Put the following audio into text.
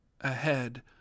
ahead